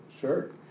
Sure